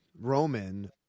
Roman